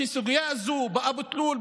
כדי שהסוגיה הזו באבו תלול,